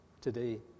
today